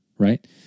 Right